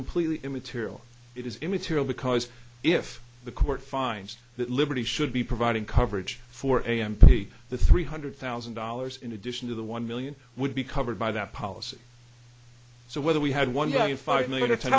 completely immaterial it is immaterial because if the court finds that liberty should be providing coverage for empathy the three hundred thousand dollars in addition to the one million would be covered by that policy so whether we had one million five million to ten